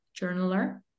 journaler